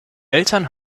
eltern